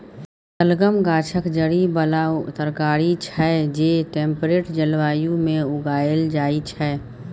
शलगम गाछक जड़ि बला तरकारी छै जे टेम्परेट जलबायु मे उगाएल जाइ छै